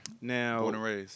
Now